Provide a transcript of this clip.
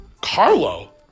Carlo